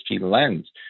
lens